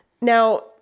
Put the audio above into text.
Now